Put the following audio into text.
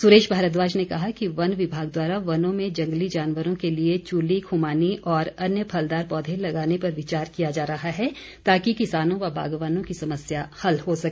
सुरेश भारद्वाज ने कहा कि वन विभाग द्वारा वनों में जंगली जानवरों के लिए चूली खुमानी और अन्य फलदार पौधे लगाने पर विचार किया जा रहा है ताकि किसानों व बागवानों की समस्या हल हो सके